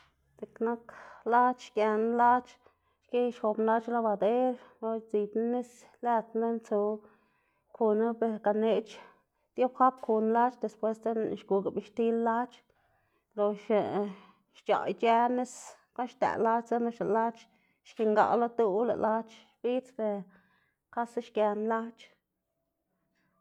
dziꞌk nak lac̲h̲ xgená lac̲h̲ xki ixobná lac̲h̲ labader idzibná nis lëd knu tsu, kuna be ganeꞌc̲h̲ diafab kuná lac̲h̲ después dzekna lëꞌná xguga bixtil lac̲h̲, lox xc̲h̲aꞌ ic̲h̲ë nis guꞌn xdëꞌ lac̲h̲ dzekna lox lëꞌ lac̲h̲ xkingaꞌ lo duꞌ lëꞌ lac̲h̲ xbidz, ber xkasa xgená lac̲h̲.